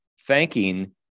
thanking